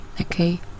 okay